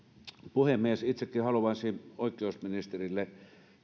puhemies itsekin haluaisin oikeusministerille